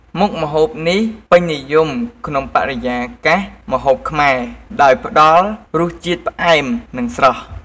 មុខម្ហូបនេះពេញនិយមក្នុងបរិយាកាសម្ហូបខ្មែរ ដោយផ្តល់រសជាតិផ្អែម និងស្រស់។